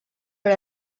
per